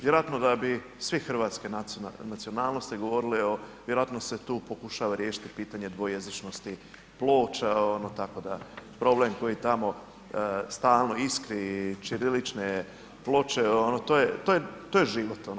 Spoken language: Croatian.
Vjerojatno da bi svi hrvatske nacionalnosti govorili o vjerojatno se tu pokušava riješiti pitanje dvojezičnosti ploča, tako da problem koji tamo stalno iskri i ćirilične ploče to je život.